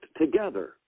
together